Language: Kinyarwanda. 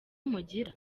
mugira